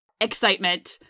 excitement